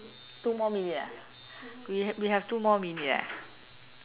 two more minute leh we have we have two more minute leh